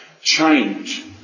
Change